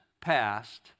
passed